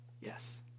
Yes